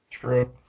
True